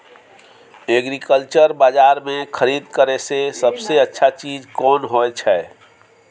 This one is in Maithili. एग्रीकल्चर बाजार में खरीद करे से सबसे अच्छा चीज कोन होय छै?